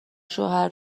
شوهر